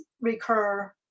recur